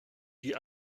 die